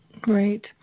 great